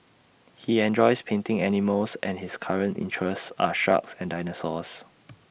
he enjoys painting animals and his current interests are sharks and dinosaurs